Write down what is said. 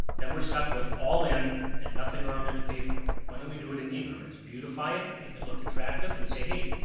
then we're stuck with all in and nothing around to pay for it. why don't we do it in increments, beautify it, make it look attractive, and say, hey,